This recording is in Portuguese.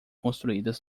construídas